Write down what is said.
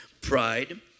pride